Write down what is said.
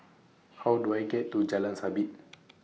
How Do I get to Jalan Sabit